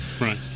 Right